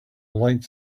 lights